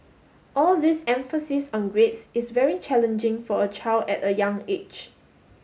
all this emphasis on grades is very challenging for a child at a young age